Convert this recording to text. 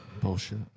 Bullshit